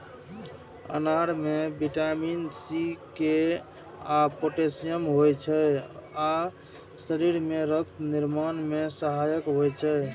अनार मे vitamin C, K आ पोटेशियम होइ छै आ शरीर मे रक्त निर्माण मे सहायक होइ छै